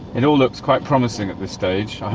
it all looks quite promising at this stage,